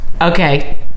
okay